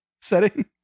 setting